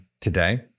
today